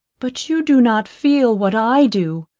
but you do not feel what i do.